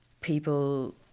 people